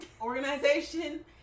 organization